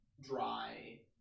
Dry